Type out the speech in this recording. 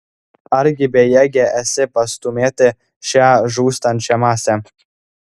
argi bejėgė esi pastūmėti šią žūstančią masę